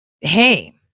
hey